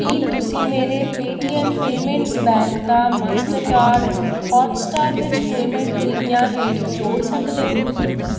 ਕੀ ਤੁਸੀਂਂ ਮੇਰੇ Paytm payments bank ਦਾ ਮਾਸਟਰਕਾਰਡ ਹੌਟਸਟਾਰ ਵਿੱਚ ਪੇਮੈਂਟ ਤਰੀਕਿਆਂ ਹੇਠ ਜੋੜ ਸਕਦੇ ਹੋ